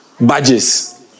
badges